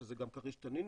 שזה גם כריש תנין,